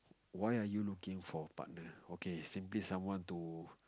why are you looking for a partner okay simply someone to